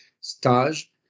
stage